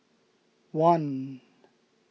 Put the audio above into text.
one